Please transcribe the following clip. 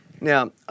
Now